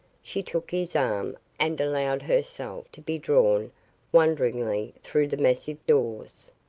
she took his arm and allowed herself to be drawn wonderingly through the massive doors.